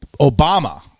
Obama